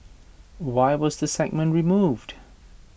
why was the segment removed